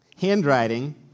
Handwriting